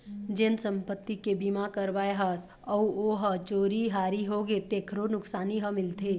जेन संपत्ति के बीमा करवाए हस अउ ओ ह चोरी हारी होगे तेखरो नुकसानी ह मिलथे